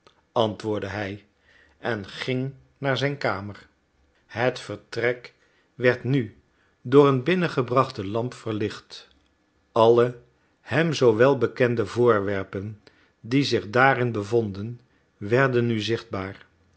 antwoordde hij en ging naar zijn kamer het vertrek werd nu door een binnengebrachte lamp verlicht alle hem zoo wel bekende voorwerpen die zich daarin bevonden werden nu zichtbaar